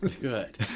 Good